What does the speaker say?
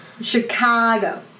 Chicago